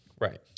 Right